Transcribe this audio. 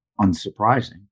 unsurprising